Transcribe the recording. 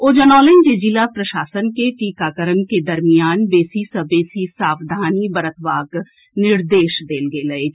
ओ जनौलनि जे जिला प्रशासन के टीकाकरण के दरमियान बेसी सँ बेसी सावधानी बरतबाक निर्देश देल गेल अछि